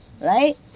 right